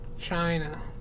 China